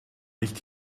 nicht